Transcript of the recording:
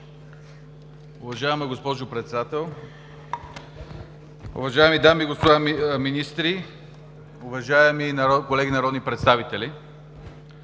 Уважаема госпожо Председател, уважаеми дами и господа министри, уважаеми колеги народни представители!